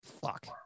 Fuck